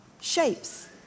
shapes